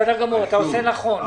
אתה עושה נכון.